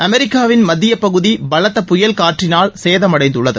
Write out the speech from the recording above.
அமெிக்காவின் மத்திய பகுதி பலத்த புயல் காற்றினால் சேதமடைந்துள்ளது